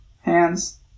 hands